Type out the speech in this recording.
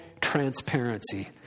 transparency